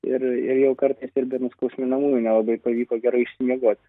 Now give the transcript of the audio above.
ir ir jau kartais ir be nuskausminamųjų nelabai pavyko gerai išsimiegoti